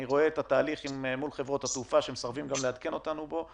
אני רואה את התהליך מול חברות התעופה שגם מסרבים לעדכן אותנו בו.